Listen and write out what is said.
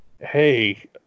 hey